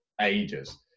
ages